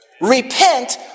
Repent